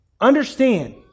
understand